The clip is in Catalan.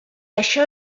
això